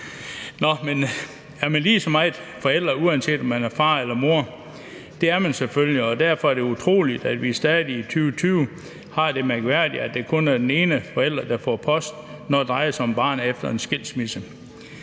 tale. Er man lige meget forælder, uanset om man er far eller mor? Det er man selvfølgelig, og derfor er det utroligt, at vi stadig i 2020 har den mærkværdige situation, at det kun er den ene forælder, der får post, når det drejer sig om barnet, efter en skilsmisse.